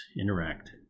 interact